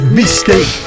mistake